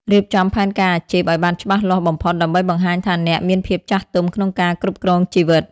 រៀបចំផែនការអាជីពឱ្យបានច្បាស់លាស់បំផុត ដើម្បីបង្ហាញថាអ្នកមានភាពចាស់ទុំក្នុងការគ្រប់គ្រងជីវិត។